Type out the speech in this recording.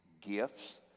gifts